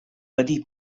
wedi